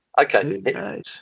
Okay